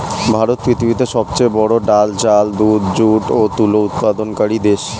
ভারত পৃথিবীতে সবচেয়ে বড়ো ডাল, চাল, দুধ, যুট ও তুলো উৎপাদনকারী দেশ